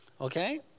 Okay